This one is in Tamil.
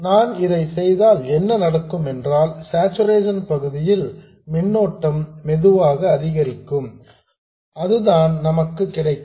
நான் இதை செய்தால் என்ன நடக்கும் என்றால் சார்சுரேஷன் பகுதியில் மின்னோட்டம் மெதுவாக அதிகரிக்கும் அதுதான் நமக்கு கிடைக்கும்